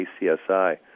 ACSI